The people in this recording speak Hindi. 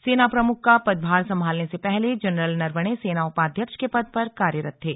सेना प्रमुख का पदभार संभालने से पहले जनरल नरवणे सेना उपाध्यक्ष के पद पर कार्यरत थे